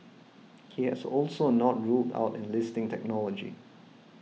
he has also a not ruled out enlisting technology